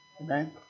Amen